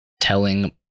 telling